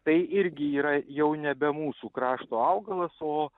tai irgi yra jau nebe mūsų krašto augalas o